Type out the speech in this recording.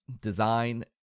design